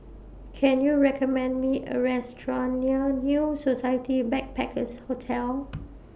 Can YOU recommend Me A Restaurant near New Society Backpackers' Hotel